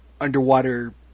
underwater